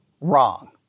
wrong